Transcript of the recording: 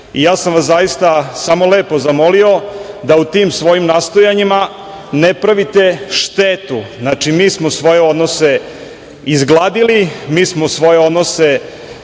Ja sam vas zaista samo lepo zamolio da u tim svojim nastojanjima ne pravite štetu. Znači, mi smo svoje odnose izgladili. Mi smo svoje odnose